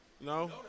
No